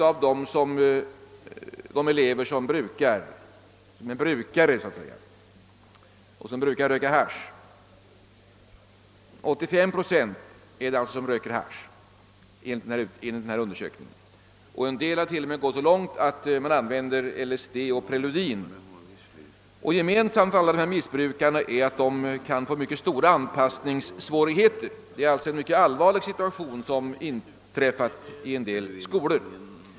Av anmälda elever är 85 procent haschrökare. En del av dem har till och med gått så långt att de använder LSD och preludin. Gemensamt för alla dessa missbrukare är att de kan få mycket stora anpassningssvårigheter. Det är alltså en mycket allvarlig situation som har uppstått i en del skolor.